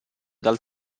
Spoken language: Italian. dal